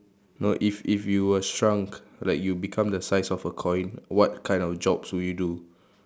no if if you were shrunk like you become the size of a coin what kind of jobs would you do